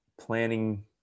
planning